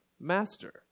master